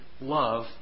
love